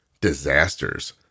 disasters